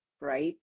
right